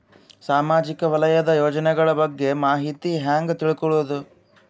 ಸಾಮಾಜಿಕ ವಲಯದ ಯೋಜನೆಗಳ ಬಗ್ಗೆ ಮಾಹಿತಿ ಹ್ಯಾಂಗ ತಿಳ್ಕೊಳ್ಳುದು?